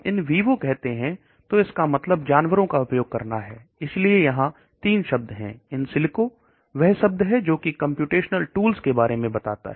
इन vivo तो इसका मतलब जानवरों का उपयोग करना है इसलिए यहां 3 शब्द हैं इनसिलिको वह शब्द है जो कि कंप्यूटेशनल टूल्स के बारे में बताता है